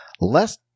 less